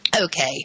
okay